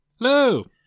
hello